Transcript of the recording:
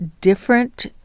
different